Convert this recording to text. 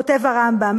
כותב הרמב"ם,